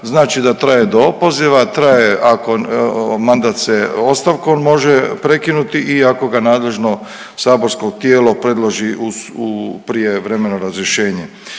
Znači da traje do opoziva. Traje ako mandat se ostavkom može prekinuti i ako ga nadležno saborsko tijelo predloži u prijevremeno razrješenje.